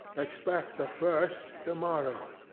expect the first to-morrow,